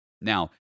Now